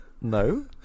No